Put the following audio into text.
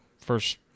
first